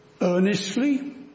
earnestly